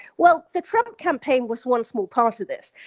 well, the trump campaign was one small part of this.